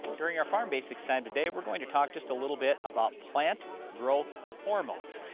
during our farm basics time today, we're going to talk just a little bit about plant growth hormones.